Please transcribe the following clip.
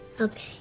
Okay